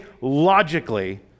logically